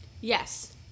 Yes